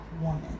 woman